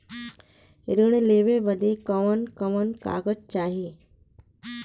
ऋण लेवे बदे कवन कवन कागज चाही?